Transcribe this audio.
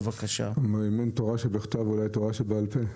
אם אין תורה שבכתב, אולי תורה שבעל פה.